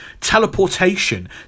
Teleportation